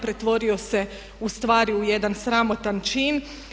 Pretvorio se ustvari u jedan sramotan čin.